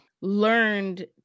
learned